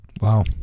Wow